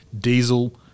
diesel